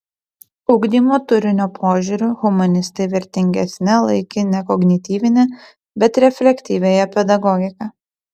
ugdymo turinio požiūriu humanistai vertingesne laikė ne kognityvinę bet reflektyviąją pedagogiką